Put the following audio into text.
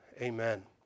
Amen